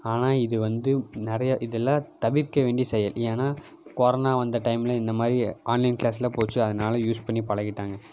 ஆனால் இது வந்து நிறையா இதெல்லாம் தவிர்க்க வேண்டிய செயல் ஏன்னால் கொரோனா வந்த டயமில் இந்த மாதிரி ஆன்லைன் கிளாஸெலாம் போச்சு அதனால் யூஸ் பண்ணி பழகிட்டாங்க